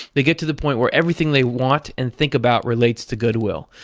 they get to the point where everything they want and think about relates to goodwill.